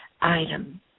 item